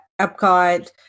Epcot